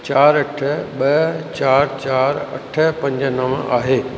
चारि अठ ॿ चारि चारि अठ पंज नव आहे